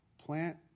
plant